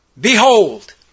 Behold